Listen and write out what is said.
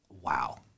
Wow